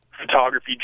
photography